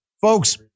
Folks